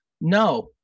no